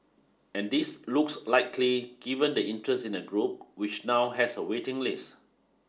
and this looks likely given the interest in the group which now has a waiting list